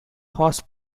horse